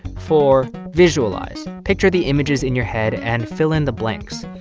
four, visualize. picture the images in your head and fill in the blanks.